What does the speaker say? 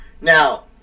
Now